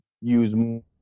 use